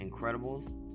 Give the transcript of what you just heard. Incredibles